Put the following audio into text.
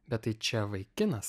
bet tai čia vaikinas